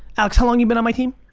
alex, how long you been on my team?